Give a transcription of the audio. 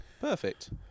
Perfect